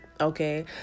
okay